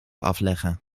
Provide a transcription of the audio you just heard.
afleggen